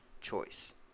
choice